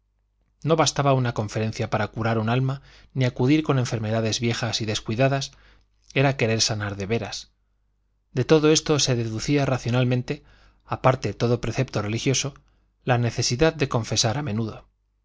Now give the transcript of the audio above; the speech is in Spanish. no bastaba una conferencia para curar un alma ni acudir con enfermedades viejas y descuidadas era querer sanar de veras de todo esto se deducía racionalmente aparte todo precepto religioso la necesidad de confesar a menudo